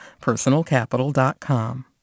PersonalCapital.com